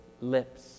lips